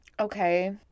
okay